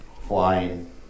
flying